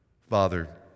father